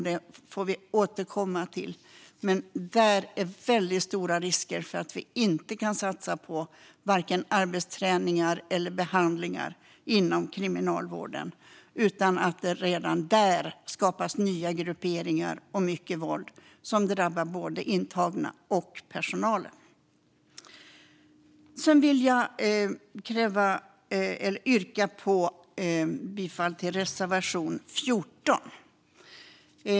Det får vi återkomma till, men där finns det stora risker att vi inte kan satsa på vare sig arbetsträning eller behandlingar inom kriminalvården och att det redan där skapas nya grupperingar och mycket våld som drabbar både intagna och personal. Jag vill yrka bifall till reservation 14.